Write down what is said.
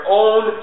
own